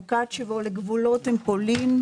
מוקצ'בו לגבולות עם פולין,